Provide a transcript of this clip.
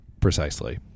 Precisely